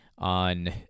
on